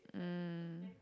mm